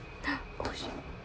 oh shit